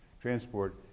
transport